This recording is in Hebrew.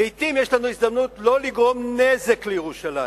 לעתים יש לנו הזדמנות לא לגרום נזק לירושלים.